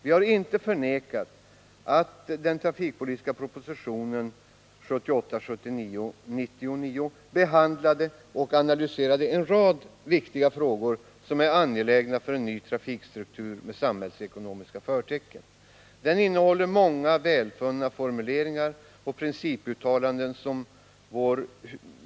Vpk har inte förnekat att den trafikpolitiska propositionen 1978/79:99 behandlade och analyserade en rad viktiga frågor som är angelägna för en ny trafikstruktur med samhällsekonomiska förtecken. Den innehåller många välfunna formuleringar och principuttalanden.